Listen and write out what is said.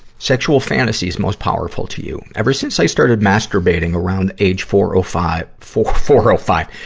sexual fantasies most powerful to you ever since i started masturbating around age four o five four, four o five.